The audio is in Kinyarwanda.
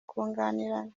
kunganirana